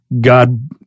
God